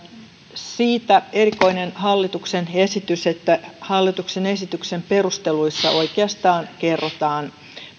siitä erikoinen hallituksen esitys että hallituksen esityksen perusteluissa oikeastaan kerrotaan